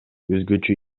өзгөчө